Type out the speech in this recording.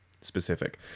specific